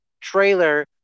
trailer